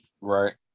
Right